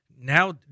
Now